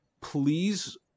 please